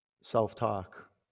self-talk